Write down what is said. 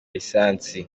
lisansi